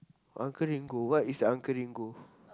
Uncl-Ringo what is Uncle-Ringo